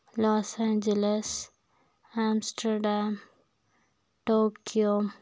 Los Angeles Amsterdam Tokyo